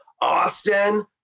Austin